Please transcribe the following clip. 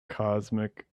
cosmic